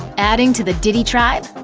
adding to the diddy tribe?